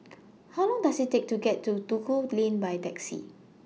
How Long Does IT Take to get to Duku Lane By Taxi